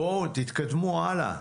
תתקדמו הלאה,